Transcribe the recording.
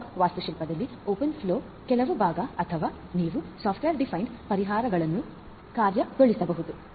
fog ವಾಸ್ತುಶಿಲ್ಪದಅಲ್ಲಿ open flow ಕೆಲವು ಭಾಗ ಅಥವಾ ನೀವು ಸಾಫ್ಟ್ವೇರ್ ಡಿಫೈನ್ಡ ಪರಿಹಾರಗಳನ್ನು ಕಾರ್ಯಗತಗೊಳಿಸಬಹುದು